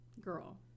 girl